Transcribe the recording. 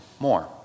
more